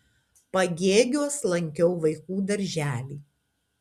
pagėgiuos lankiau vaikų darželį